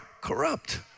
corrupt